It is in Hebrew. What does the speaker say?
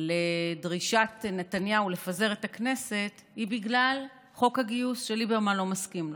לדרישת נתניהו לפזר את הכנסת היא חוק הגיוס שליברמן לא מסכים לו.